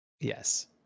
Yes